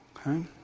Okay